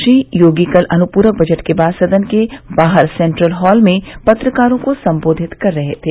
श्री योगी कल अनुपूरक बजट के बाद सदन के बाहर सेन्ट्रल हाल में पत्रकारों को संबोधित कर रहे थे